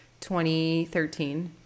2013